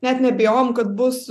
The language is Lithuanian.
net neabejojom kad bus